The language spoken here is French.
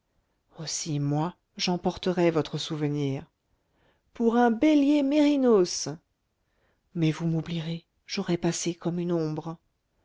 aussi moi j'emporterai votre souvenir pour un bélier mérinos mais vous m'oublierez j'aurai passé comme une ombre